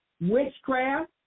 witchcraft